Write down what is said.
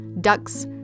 ducks